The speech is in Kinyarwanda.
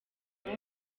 waho